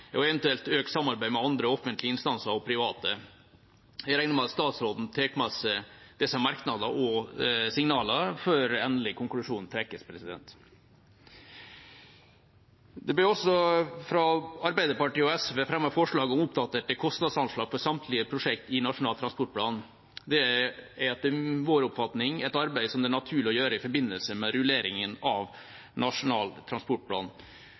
og eventuelt økt samarbeid med andre offentlige instanser og private. Jeg regner med at statsråden tar med seg disse merknadene og signalene før endelig konklusjon trekkes. Det blir også fra Arbeiderpartiet og SV fremmet forslag om oppdaterte kostnadsanslag for samtlige prosjekt i Nasjonal transportplan. Det er etter vår oppfatning et arbeid som det er naturlig å gjøre i forbindelse med rulleringen av Nasjonal transportplan.